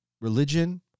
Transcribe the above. religion